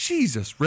Jesus